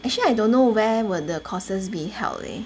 actually I don't know where will the courses be held leh